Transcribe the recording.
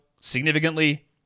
significantly